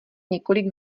několik